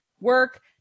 work